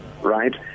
right